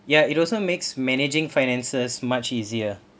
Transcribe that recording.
ya it also makes managing finances much easier